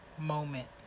moment